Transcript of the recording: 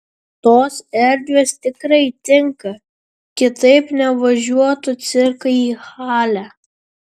tos erdvės tikrai tinka kitaip nevažiuotų cirkai į halę